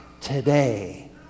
today